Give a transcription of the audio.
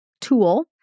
tool